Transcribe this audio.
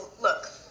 look